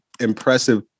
impressive